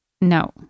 no